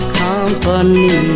company